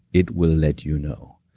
it will let you know.